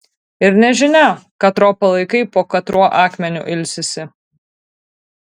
ir nežinia katro palaikai po katruo akmeniu ilsisi